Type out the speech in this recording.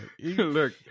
Look